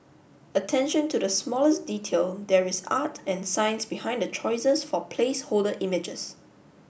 attention to the smallest detail there is art and science behind the choices for placeholder images